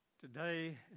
Today